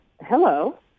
Hello